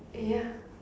ya